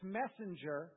messenger